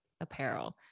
apparel